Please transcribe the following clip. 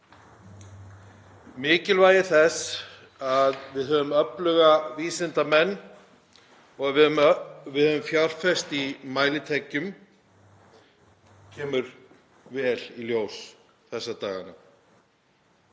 Mikilvægi þess að við höfum öfluga vísindamenn og að við höfum fjárfest í mælitækjum kemur vel í ljós þessa dagana